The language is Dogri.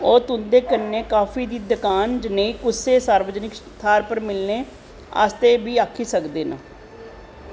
ओह् तुं'दे कन्नै काॅफी दी दकान जनेही कुसै सार्वजनक थाह्र पर मिलने आस्तै बी आक्खी सकदे न